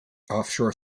offshore